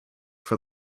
for